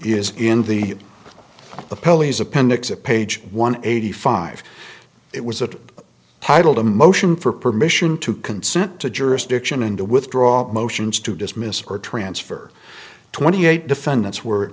is in the the pelleas appendix of page one eighty five it was that titled a motion for permission to consent to jurisdiction and to withdraw motions to dismiss or transfer twenty eight defendants were